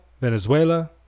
Venezuela